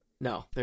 No